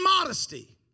modesty